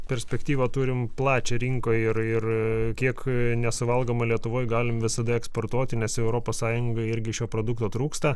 perspektyvą turim plačią rinkoj ir ir kiek nesuvalgoma lietuvoj galim visada eksportuoti nes ir europos sąjungai irgi šio produkto trūksta